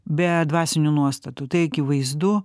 be dvasinių nuostatų tai akivaizdu